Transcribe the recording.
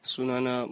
Sunana